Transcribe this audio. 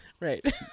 Right